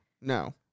No